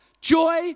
joy